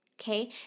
Okay